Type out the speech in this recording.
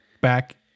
back